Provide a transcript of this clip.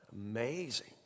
amazing